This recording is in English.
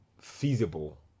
feasible